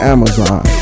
Amazon